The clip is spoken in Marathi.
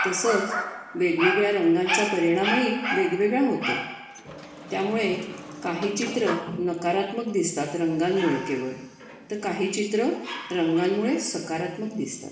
तसंच वेगवेगळ्या रंगांचा परिणामही वेगवेगळा होतो त्यामुळे काही चित्र नकारात्मक दिसतात रंगांमुळे केवळ तर काही चित्र रंगांमुळे सकारात्मक दिसतात